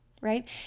right